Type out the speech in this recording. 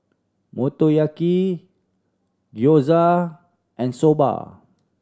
Motoyaki Gyoza and Soba